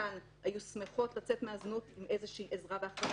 חלקן היו שמחות לצאת מהזנות עם איזושהי עזרה והכוונה,